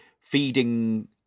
feeding